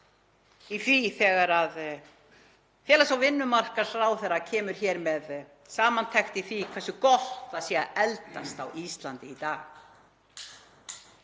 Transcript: í því þegar félags- og vinnumarkaðsráðherra kemur hér með samantekt um hversu gott það sé að eldast á Íslandi í dag.